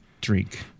drink